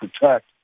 protect